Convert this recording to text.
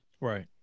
right